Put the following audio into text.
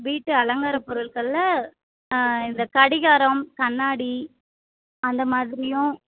வீட்டு அலங்காரப்பொருள்களில் இந்த கடிகாரம் கண்ணாடி அந்தமாதிரியும்